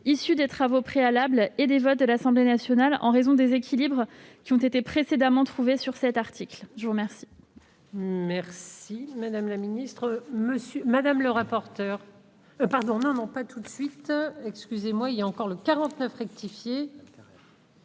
issue des travaux préalables et des votes de l'Assemblée nationale, en raison des équilibres qui ont été précédemment trouvés sur cet article. L'amendement